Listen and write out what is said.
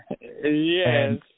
Yes